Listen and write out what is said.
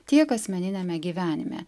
tiek asmeniniame gyvenime